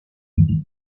łyżwy